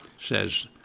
says